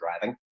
driving